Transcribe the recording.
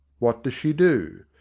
what does she do?